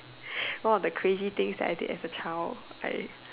one of the crazy things that I did as a child I